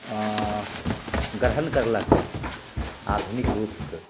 ग्रहण करलकै आधुनिक रूपके